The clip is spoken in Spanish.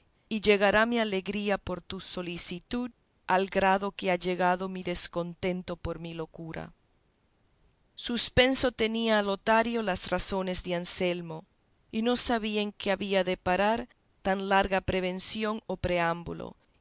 y llegará mi alegría por tu solicitud al grado que ha llegado mi descontento por mi locura suspenso tenían a lotario las razones de anselmo y no sabía en qué había de parar tan larga prevención o